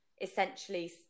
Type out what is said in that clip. essentially